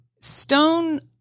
stone